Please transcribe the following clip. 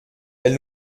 elle